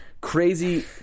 crazy